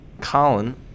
Colin